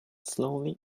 slowly